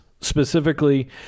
specifically